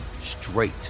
straight